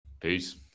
Peace